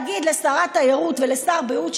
לבוא ולהגיד לשרת תיירות ולשר בריאות,